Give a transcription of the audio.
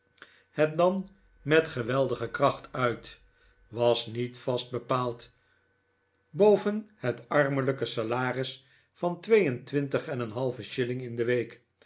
met geweldige kracht uit was niet vast bepaald boven het armelijke salaris van twee en twintig en een halve shilling in de week